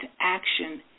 action